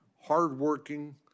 hardworking